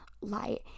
light